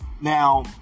Now